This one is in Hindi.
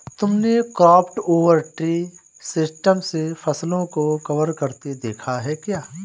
तुमने क्रॉप ओवर ट्री सिस्टम से फसलों को कवर करते देखा है क्या?